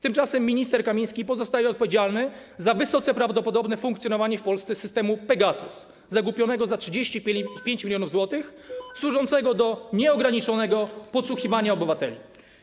Tymczasem minister Kamiński pozostaje odpowiedzialny za wysoce prawdopodobne funkcjonowanie w Polsce systemu Pegasus, zakupionego za 35 mln zł, służącego do nieograniczonego podsłuchiwania obywateli.